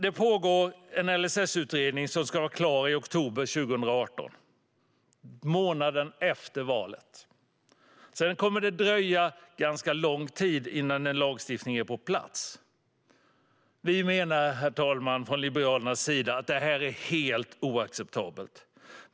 Det pågår en LSS-utredning som ska vara klar i oktober 2018, månaden efter valet. Sedan kommer det att dröja ganska lång tid innan en lagstiftning är på plats. Vi menar från Liberalernas sida att det är helt oacceptabelt.